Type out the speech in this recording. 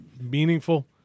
meaningful